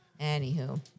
Anywho